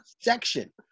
section